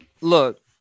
Look